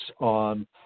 on